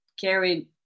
carried